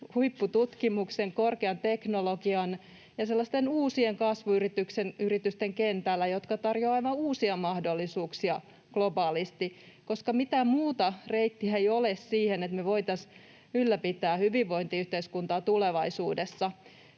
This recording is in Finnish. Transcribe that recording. huippututkimuksen, korkean teknologian ja sellaisten uusien kasvuyritysten kentällä, jotka tarjoavat aivan uusia mahdollisuuksia globaalisti, koska mitään muuta reittiä ei ole siihen, että me voitaisiin ylläpitää hyvinvointiyhteiskuntaa tulevaisuudessa.